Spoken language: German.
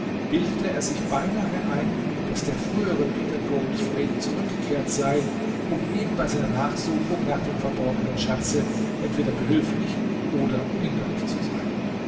bildete er sich beinahe ein daß der frühere peter goldthwaite zurückgekehrt sei um ihm bei seiner nachsuchung nach dem verborgenen schatze entweder behülflich oder hinderlich zu sein